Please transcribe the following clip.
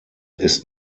ist